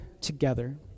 together